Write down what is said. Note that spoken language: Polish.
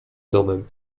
domem